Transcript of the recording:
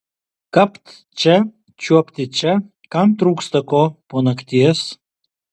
kapt čia čiuopti čia kam trūksta ko po nakties